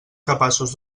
capaços